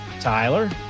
Tyler